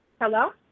Hello